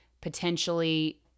Potentially